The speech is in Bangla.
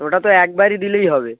ওটা তো একবারই দিলেই হবে